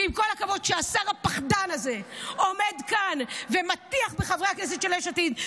ועם כל הכבוד שהשר הפחדן הזה עומד כאן ומטיח בחברי כנסת של יש עתיד,